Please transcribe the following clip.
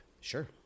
Sure